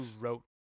wrote